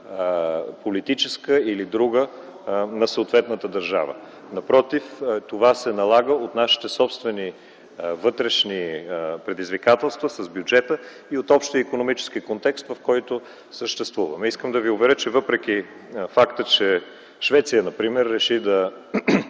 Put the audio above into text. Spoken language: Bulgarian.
политическа или друга на съответната държава. Напротив, това се налага от нашите собствени вътрешни предизвикателства с бюджета и от общия икономически контекст, в който съществува. Искам да Ви уверя, че въпреки факта, че Швеция например реши да